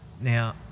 Now